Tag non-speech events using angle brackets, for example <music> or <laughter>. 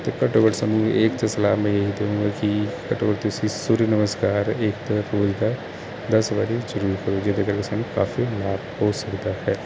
ਤੇ ਘੱਟੋ ਘੱਟ ਸਾਨੂੰ ਇਹ ਇਕ ਤਾਂ ਸਲਾਹ <unintelligible> ਸੂਰਿਆ ਨਸਕਾਰ <unintelligible> ਦਸ ਵਾਰੀ ਜਰੂਰ ਕਰੋ ਜਿਹੜਾ ਜਿਹੜਾ ਸਾਨੂੰ ਕਾਫੀ ਲਾਭ ਹੋ ਸਕਦਾ ਹੈ